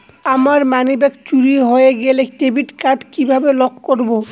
আমার মানিব্যাগ চুরি হয়ে গেলে ডেবিট কার্ড কিভাবে লক করব?